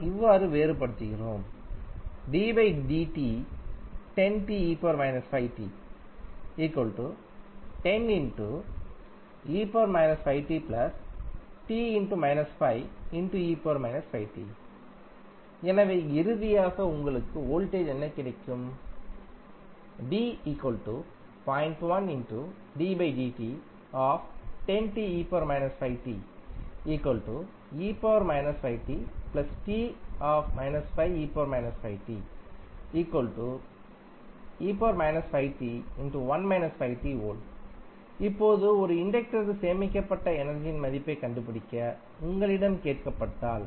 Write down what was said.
நாம் இவ்வாறு வேறுபடுத்துகிறோம் எனவே இறுதியாக உங்களுக்கு வோல்டேஜ் என்ன கிடைக்கும் V இப்போது ஒரு இண்டக்டரில் சேமிக்கப்பட்ட எனர்ஜியின் மதிப்பைக் கண்டுபிடிக்க உங்களிடம் கேட்கப்பட்டால்